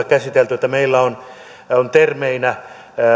käsitelty ja meillä on on termeinä